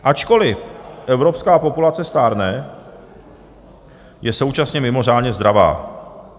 Ačkoliv evropská populace stárne, je současně mimořádně zdravá.